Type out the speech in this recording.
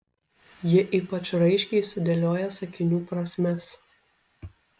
ji ypač raiškiai sudėlioja sakinių prasmes